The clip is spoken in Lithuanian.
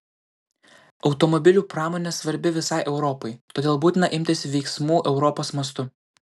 automobilių pramonė svarbi visai europai todėl būtina imtis veiksmų europos mastu